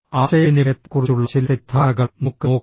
ആശയവിനിമയത്തെക്കുറിച്ചുള്ള ചില തെറ്റിദ്ധാരണകൾ നമുക്ക് നോക്കാം